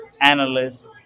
analysts